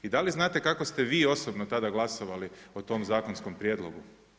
I dali znate kako ste vi osobno tada glasovali o tom zakonskom prijedlogu?